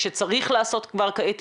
שצריך לעשות כבר עתה,